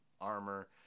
armor